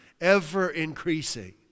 Ever-increasing